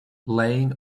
laying